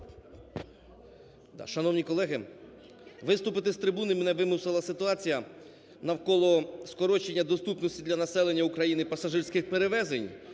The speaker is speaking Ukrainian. Шановні колеги! Виступити з трибуни мене вимусила ситуація навколо скорочення доступності для населення України пасажирських перевезень